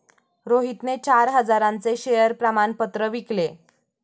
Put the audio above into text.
रोहितने चार हजारांचे शेअर प्रमाण पत्र विकले